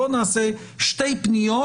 בואו נעשה שתי פניות,